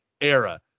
era